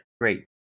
Great